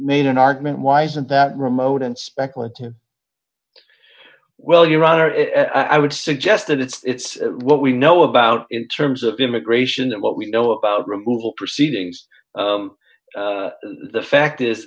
made an argument why isn't that remote and speculative well your honor i would suggest that it's what we know about in terms of immigration and what we know about removal proceedings the fact is